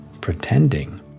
pretending